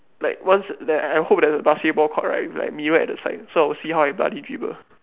like once there I hope that the basketball court right with like mirror at the side so I will see how I bloody dribble